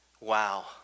Wow